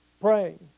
praying